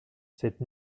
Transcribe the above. cette